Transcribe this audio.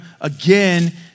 again